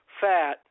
fat